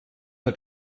hat